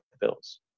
bills